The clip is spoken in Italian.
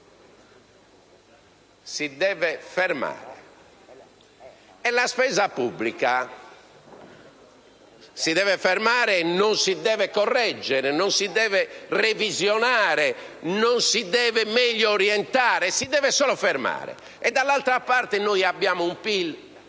si deve fermare. Si deve fermare e non si deve correggere, non si deve revisionare, non si deve meglio orientare? Si deve solo fermare. Dall'altra parte, poi, abbiamo un PIL